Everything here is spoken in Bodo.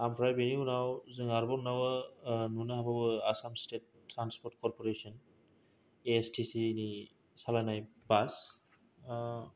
आमफ्राय बिनि उनाव जोंहा आरोबाव नुनो हाबावो नुनो हाबावो Assam state transport corporation A S T सिनि सालायनाय बास